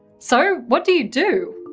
so, what do you do?